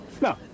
No